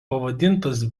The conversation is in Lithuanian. pavadintas